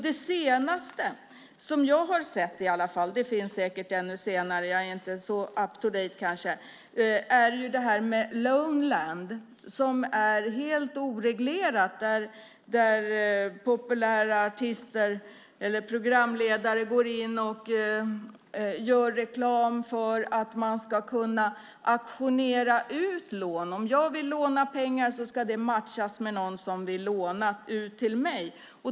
Det senaste, som jag har sett i alla fall - det finns säkert ännu nyare, jag är kanske inte så up-to-date - är Loanland, som är helt oreglerat. Populära artister eller programledare går in och gör reklam för att man ska kunna auktionera ut lån. Om jag vill låna pengar ska det matchas med någon som vill låna ut till mig.